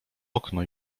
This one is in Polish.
okno